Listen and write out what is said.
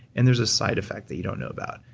and there's a side effect that you don't know about.